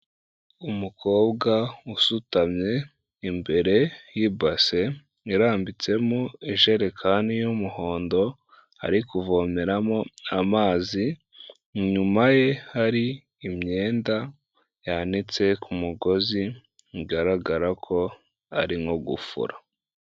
Imodoka isa ubururu, iri kugenda mu muhanda w'ibisate bibiri, iyi imodoka yikoreye amacupa avamo gaze, impande y'iyo modoka hari akayira k'abanyamaguru.